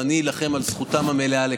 ואני אילחם על זכותם המלאה לכך.